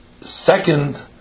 second